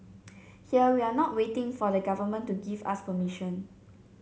here we are not waiting for the Government to give us permission